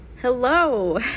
Hello